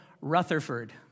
Rutherford